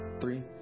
Three